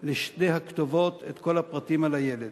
לשתי הכתובות את כל הפרטים על הילד.